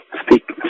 Speak